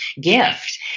gift